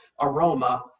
aroma